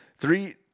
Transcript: Three